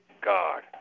God